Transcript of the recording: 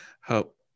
help